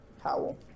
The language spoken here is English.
Howell